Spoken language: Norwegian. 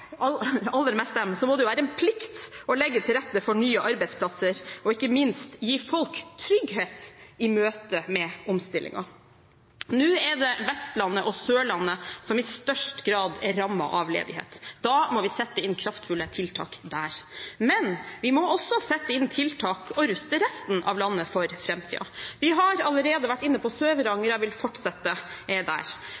må det være en plikt å legge til rette for nye arbeidsplasser og ikke minst gi folk trygghet i møte med omstillingen. Nå er det Vestlandet og Sørlandet som i størst grad er rammet av ledighet. Da må vi sette inn kraftfulle tiltak der, men vi må også sette inn tiltak i og ruste resten av landet for framtiden. Vi har allerede vært inne på